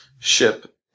Ship